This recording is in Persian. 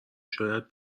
شاید